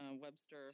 webster